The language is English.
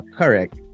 correct